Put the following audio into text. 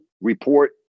report